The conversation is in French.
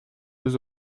deux